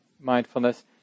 mindfulness